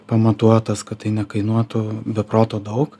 pamatuotas kad tai nekainuotų be proto daug